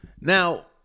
Now